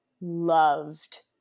loved